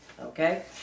Okay